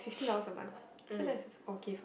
mm